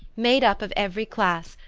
made up of every class,